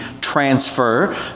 transfer